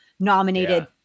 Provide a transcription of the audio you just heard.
nominated